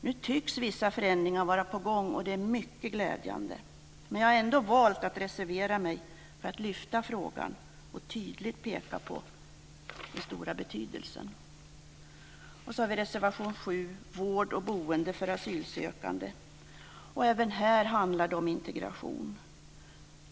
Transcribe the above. Nu tycks vissa förändringar vara på gång, och det är mycket glädjande. Men jag har ändå valt att reservera mig för att lyfta fram frågan och tydligt peka på den stora betydelsen. Sedan har vi reservation 7 om vård och boende för asylsökande. Även här handlar det om integration.